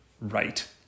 right